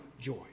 joy